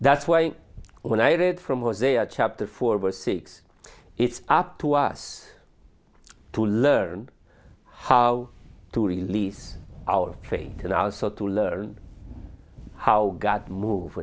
that's why when i read from was a a chapter four or six it's up to us to learn how to release our trade and also to learn how god move